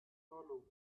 hollow